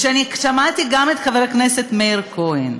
וכששמעתי גם את חבר הכנסת מאיר כהן,